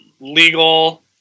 legal